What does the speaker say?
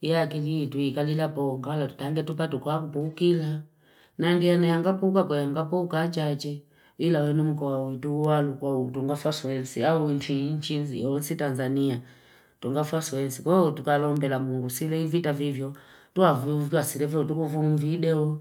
Ya kili tuikali la bongala. Tange tupa tukuambu ukila. Nangiana yangapuga kwa yangapuga ajaje Hila wenu mkumu kwa witu walu kwa tunga fasoensi. Hawi inchiizi. Yonzi Tanzania. Tunga fasoensi. Kwa huu tuka lombe la mungu. Sile hii vita vivyo. Tuwavunvi tuku video.